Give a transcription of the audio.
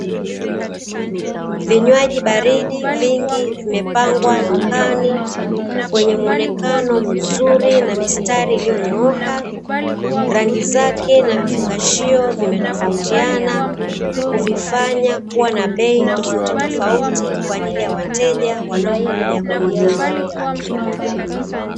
Vinywaji baridi vingi vimepangwa dukani, kwenye muonekano mzuri na mistari iliyonyooka. Rangi zake na vifungashio vimetofautiana, kuvifanya kuwa na bei tofautitofauti, kwa ajili ya wateja wanaokuja kununua.